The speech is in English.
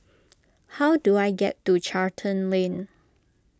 how do I get to Charlton Lane